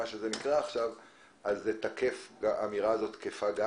האמירה הזאת עדיין תקפה?